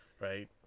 Right